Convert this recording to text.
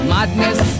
Madness